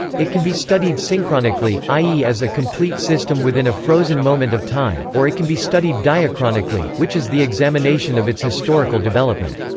it can be studied synchronically, i e. as a complete system within a frozen moment of time, or it can be studied diachronically, which is the examination of its historical development.